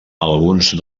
alguns